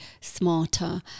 smarter